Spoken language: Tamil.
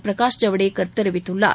பிரகாஷ் ஜவ்டேகர் தெரிவித்துள்ளார்